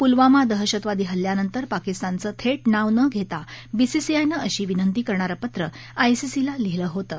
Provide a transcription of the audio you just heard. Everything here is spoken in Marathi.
प्लवामा दहशतवादी हल्ल्यानंतर पाकिस्तानचं थेट नाव न घेता बीसीसीआयनं अशी विनंती करणारं पत्र आयसीसीला लिहीलं होतं